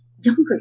younger